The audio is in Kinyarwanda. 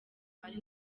ari